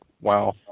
Wow